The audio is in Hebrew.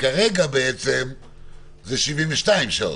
כרגע זה 72 שעות.